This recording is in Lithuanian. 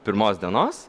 pirmos dienos